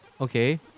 okay